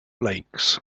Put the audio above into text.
lakes